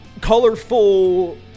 colorful